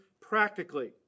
practically